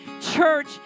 Church